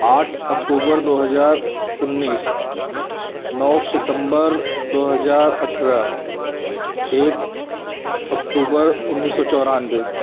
आठ अक्टूबर दो हज़ार उन्नीस नौ सितम्बर दो हज़ार अठराह एक अक्टूबर उन्नीस सौ चौरानवे